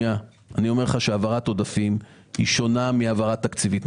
העברת עודפים שונה מהעברה תקציבית.